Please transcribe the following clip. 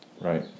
Right